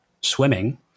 swimming